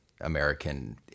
american